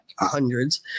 hundreds